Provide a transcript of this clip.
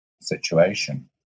situation